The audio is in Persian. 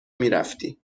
میرفتی